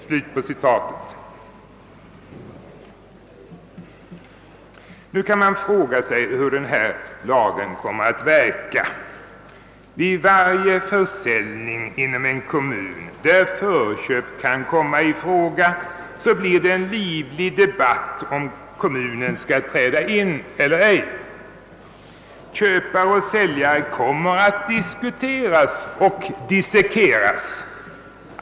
Man kan fråga sig hur denna lag kommer att verka. Vid varje försäljning inom en kommun då förköp kan komma i fråga blir det livlig debatt om huruvida kommunen skall träda in eller ej. Köpare och säljare kommer att diskuteras och dissekeras.